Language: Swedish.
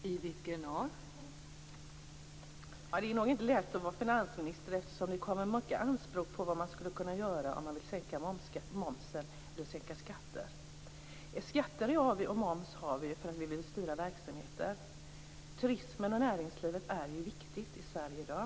Fru talman! Ja, det är nog inte lätt att vara finansminister. Det ställs många anspråk på vad som skulle kunna göras, om man sänker momsen eller andra skatter. Vi har moms och andra skatter för att styra verksamheter. Turism och annan näringsverksamhet är viktiga i Sverige i dag.